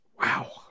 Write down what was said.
Wow